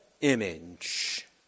image